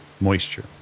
moisture